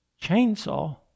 chainsaw